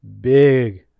big